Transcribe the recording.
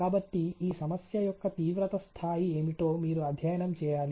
కాబట్టి ఈ సమస్య యొక్క తీవ్రత స్థాయి ఏమిటో మీరు అధ్యయనం చేయాలి